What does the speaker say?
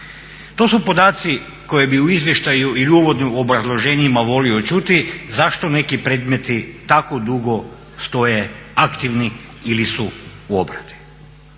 To su podaci koje bi u izvještaju ili u uvodnim obrazloženjima volio čuti zašto neki predmeti tako dugo stoje aktivni ili su u obradi.